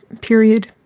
period